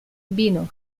vino